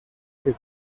que